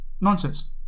nonsense